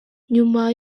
nyuma